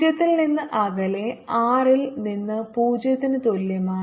H0H0 0 ൽ നിന്ന് അകലെ r ൽ നിന്ന് 0 ന് തുല്യമാണ്